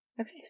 Okay